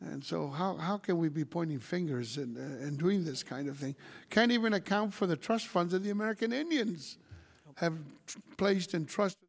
and so how can we be pointing fingers and doing this kind of thing can't even account for the trust funds of the american indians have placed in trust